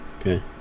Okay